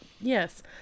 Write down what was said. Yes